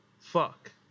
Fuck